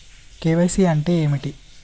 KYC అంటే ఏమిటి?